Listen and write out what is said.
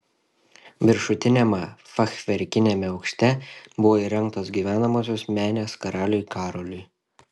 viršutiniame fachverkiniame aukšte buvo įrengtos gyvenamosios menės karaliui karoliui